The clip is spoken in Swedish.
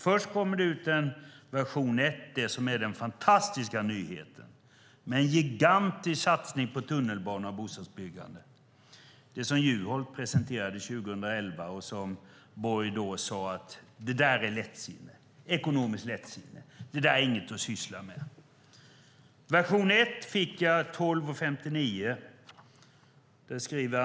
Först kom det ut en version med den fantastiska nyheten om en gigantisk satsning på tunnelbana och bostadsbyggande. Det var det som Juholt presenterade 2011 och som Borg avfärdade som ekonomiskt lättsinne och inget att syssla med. Denna första version fick jag kl. 12.59.